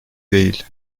değil